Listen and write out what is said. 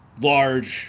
large